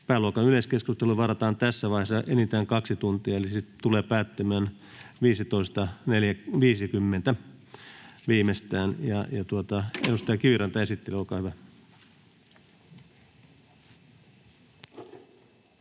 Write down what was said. Pääluokan yleiskeskusteluun varataan tässä vaiheessa enintään 2 tuntia, eli jakso tulee päättymään viimeistään 15.50. — Edustaja Kiviranta esittelee, olkaa hyvä.